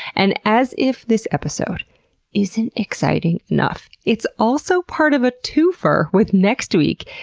and as if this episode isn't exciting enough, it's also part of a twofer with next week,